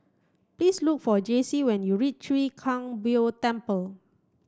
please look for Jacey when you reach Chwee Kang Beo Temple